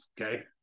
Okay